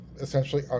essentially